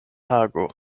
hago